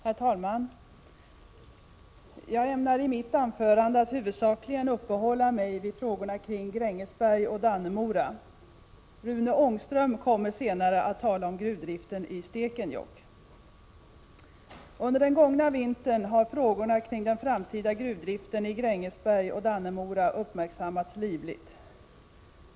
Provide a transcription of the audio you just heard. Herr talman! Jag ämnar i mitt anförande huvudsakligen uppehålla mig vid frågorna kring Grängesberg och Dannemora. Rune Ångström kommer senare att tala om gruvdriften i Stekenjokk. Under den gångna vintern har frågorna kring den framtida gruvdriften i Grängesberg och Dannemora uppmärksammats livligt.